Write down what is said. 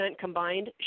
combined